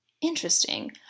Interesting